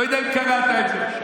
לא יודע אם קראת את זה.